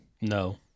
No